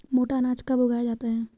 मोटा अनाज कब उगाया जाता है?